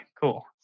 cool